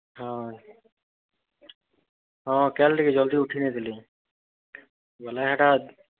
ହଁ ହଁ କାଲ୍ ଟିକେ ଜଲ୍ଦି ଉଠିଯାଇଥିଲି ବେଲେ ହେଟା